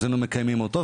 היינו מקיימים אותו.